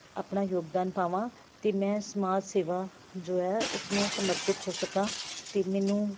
ਆਪਣਾ ਯੋਗਦਾਨ ਪਾਵਾਂ ਅਤੇ ਮੈਂ ਸਮਾਜ ਸੇਵਾ ਜੋ ਹੈ ਉਸ ਨੂੰ ਸਮਰਪਿਤ ਹੋ ਸਕਾਂ ਅਤੇ ਮੈਨੂੰ